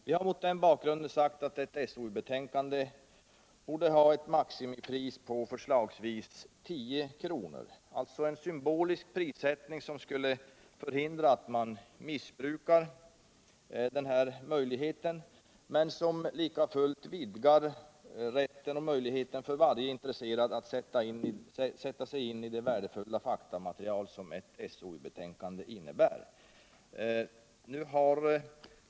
Vi har därför sagt att ett SOU-betänkande borde ha ett maximipris på förslagsvis 10 kr. Det skulle alltså vara en symbolisk prissättning som förhindrar missbruk av möjligheten till inköp men som lika fullt vidgar rätten och möjligheten för varje intresserad att sätta sig in i det värdefulla faktamaterial som ett SOU-betänkande utgör.